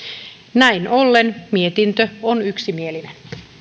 näin ollen mietintö on yksimielinen